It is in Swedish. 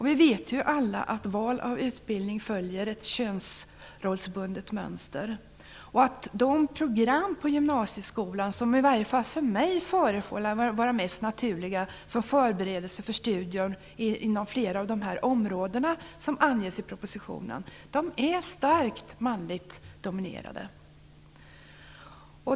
Vi vet ju alla att val av utbildning följer ett könsrollsbundet mönster. De program på gymnasieskolan som i varje fall för mig förefaller vara mest naturliga som förberedelse för studier inom flera av de områden som anges i propositionen är starkt manligt dominerade.